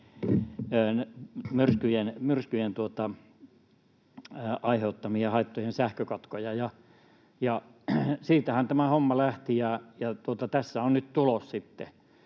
myrskyjen aiheuttamia haittoja, sähkökatkoja. Siitähän tämä homma lähti, ja tässä on nyt tulos